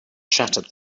shattered